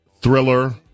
Thriller